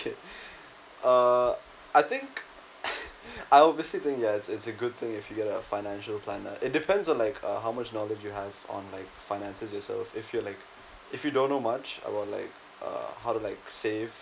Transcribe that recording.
okay uh I think I obviously think yeah it's it's a good thing if you get a financial planner it depends on like uh how much knowledge you have on like finances yourself if you like if you don't know much about like uh how to like save